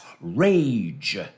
rage